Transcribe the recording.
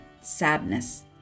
sadness